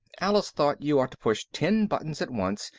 alice thought you ought to push ten buttons at once,